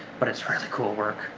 but it's really cool work.